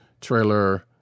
trailer